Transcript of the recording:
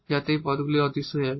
যাতে এই পদগুলি অদৃশ্য হয়ে যাবে